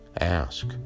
ask